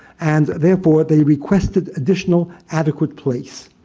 and, therefore, they requested additional adequate place.